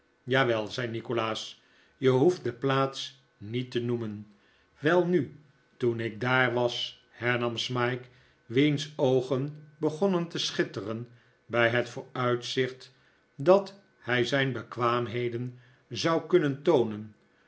jawel zei nikolaas je hoeft de plaats niet te noemen welnu toen ik daar was hernam smike wiens oogen begonnen te schitteren bij het vooruitzicht dat hij zijn bekwaamheden zou kunnen toonen